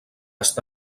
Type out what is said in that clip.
està